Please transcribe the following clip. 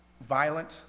violent